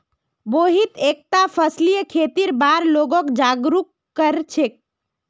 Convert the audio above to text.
मोहित एकता फसलीय खेतीर बार लोगक जागरूक कर छेक